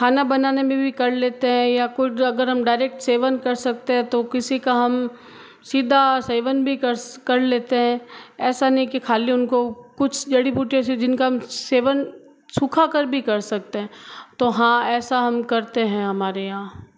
खाना बनाने में भी कर लेते हैं या कुछ अगर हम डायरेक्ट सेवन कर सकते है तो किसी का हम सीधा सेवन भी कर स कर लेते हैं ऐसा नहीं कि खाली उनको कुछ जड़ी बूटी ऐसी जिनका हम सेवन सूखा कर भी कर सकते है तो हाँ ऐसा हम करते हैं हमारे यहाँ